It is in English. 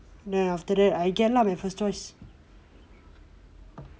then after that I get lah my first choice